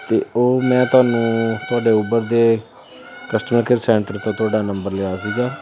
ਅਤੇ ਉਹ ਮੈਂ ਤੁਹਾਨੂੰ ਤੁਹਾਡੇ ਉਭਰ ਦੇ ਕਸਟਮਰ ਕੇਅਰ ਸੈਂਟਰ ਤੋਂ ਤੁਹਾਡਾ ਨੰਬਰ ਲਿਆ ਸੀਗਾ